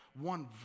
one